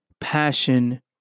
passion